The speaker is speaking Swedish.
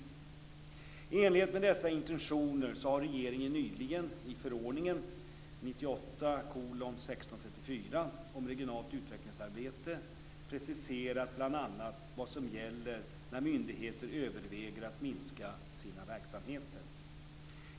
I enlighet med dessa intentioner har regeringen nyligen, i förordning 1998:1634 om regionalt utvecklingsarbete, preciserat bl.a. vad som gäller när myndigheter överväger att minska sina verksamheter.